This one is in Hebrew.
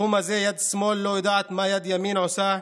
בתחום הזה יד שמאל לא יודעת מה יד ימין עושה,